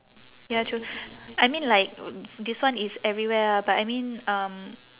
ya true I mean like this one is everywhere ah but I mean um